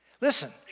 Listen